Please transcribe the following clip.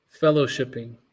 fellowshipping